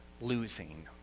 losing